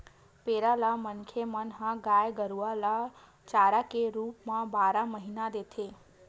पेरा ल मनखे मन ह गाय गरुवा मन ल चारा के रुप म बारह महिना देथे